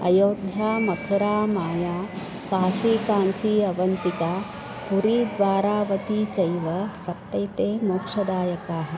अयोध्या मथुरामाया काशीकाञ्ची अवन्तिका पुरीद्वारावती चैव सप्तैते मोक्षदायकाः